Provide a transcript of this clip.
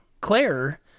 Claire